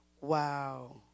Wow